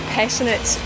passionate